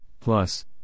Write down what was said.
Plus